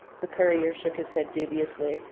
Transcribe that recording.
the courier shook his head dubiously.